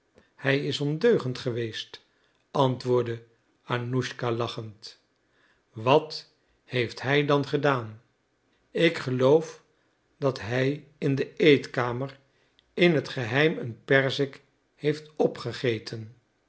hij is ondeugend geweest antwoordde annuschka lachend wat heeft hij dan gedaan ik geloof dat hij in de eetkamer in t geheim een perzik heeft opgegeten